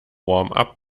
warmup